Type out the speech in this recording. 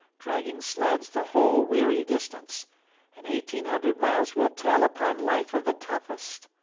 dragging sleds the whole weary distance and eighteen hundred miles will tell upon life of the toughest.